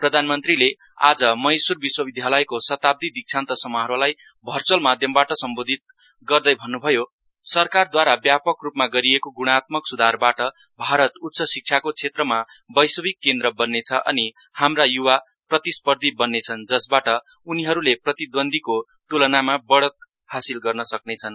प्रधानमन्त्रीले आज मैसूर विश्वविधालयको शताब्दी दीक्षान्त समारोहलाई भर्चूअल माध्यमबाट सम्बोधित गर्दै भन्न्भयो सरकारद्वारा व्यापकरूपमा गरिएको ग्णात्मक सुधारबाट भारत उच्च शिक्षाको क्षेत्रमा वैश्विक केन्द्र बन्नेछ अनि हाम्रा युवा प्रतिस्पर्धी बन्नेछन् जसबाट उनीहरूले प्रतिद्वन्द्विको त्लनामा बढत हासिल गर्न सक्नेछन्